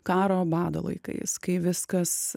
karo bado laikais kai viskas